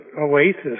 oasis